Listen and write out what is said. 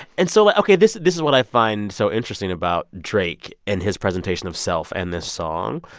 and so like ok, this this is what i find so interesting about drake and his presentation of self and this song.